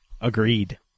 Agreed